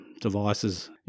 devices